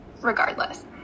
regardless